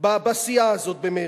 בסיעה הזאת, במרצ.